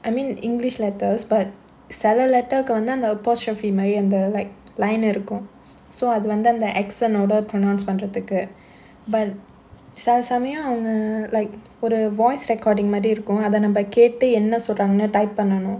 I mean english letters but சில:sila letter கு வந்து அந்த:ku vanthu andha apostrophe மாறி அந்த:maari antha like line இருக்கும்:irukkum so அது வந்து அந்த:athu vanthu andha X ஓட:oda pronounce பண்றதுக்கு:pandrathukku but சில சமயம் அவங்க:sila samayam avanga like ஒரு:oru voice recording மாறி இருக்கும் அத நம்ம கேட்டு என்ன சொல்றாங்கன்னு:maari irukkum atha namma kaettu enna solraanganu type பண்ணனும்:pannanum